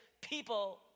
people